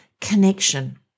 connection